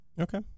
Okay